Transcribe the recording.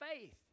faith